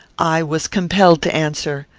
i was compelled to answer.